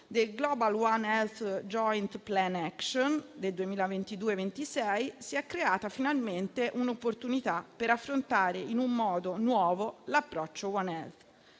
del One Health Joint Plan Action 2022-2026 si è creata finalmente un'opportunità per affrontare in un modo nuovo l'approccio *One Health*,